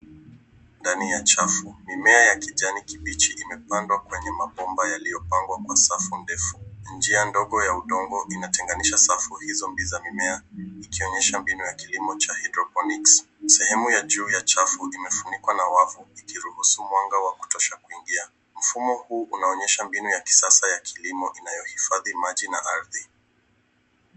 Ndani ya chafu mimea ya kijani kibichi imepandwa mabomba yaliyopangwa kwa safu ndefu. Njia ndogo ya udongo inatenganisha safu hizo za mimea ikionyesha mbinu ya hydroponics .Sehemu ya juu ya chafu imefunikwa na wavu ikiruhusu mwanga wa kutosha kuingia. Mfumo huu unaonyesha mbinu ya kisasa ya kilimo inayohifadhi maji na ardhi.